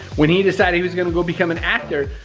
when he decided he was gonna go become an actor,